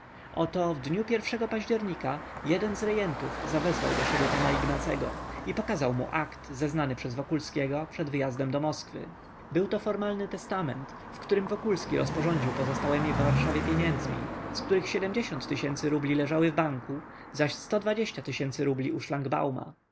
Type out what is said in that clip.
oto w dniu pierwszym października jeden z rejentów zawezwał do siebie pana ignacego i pokazał mu akt zeznany przez wokulskiego przed wyjazdem do moskwy byłto formalny testament w którym wokulski rozporządził pozostałemi w warszawie pieniędzmi z których siedmdziesiąt tysięcy rubli leżały w banku zaś sto dwadzieścia tysięcy rubli u